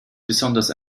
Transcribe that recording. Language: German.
besonders